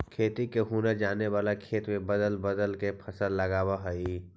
खेती के हुनर जाने वाला खेत में बदल बदल के फसल लगावऽ हइ